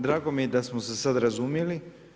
Drago mi je da smo se sada razumjeli.